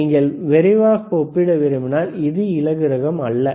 நீங்கள் விரைவாக ஒப்பிட விரும்பினால் இது எடை குறைந்தது அல்ல